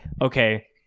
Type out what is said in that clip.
okay